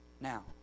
Now